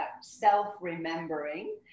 self-remembering